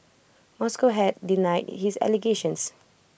Moscow has denied his allegations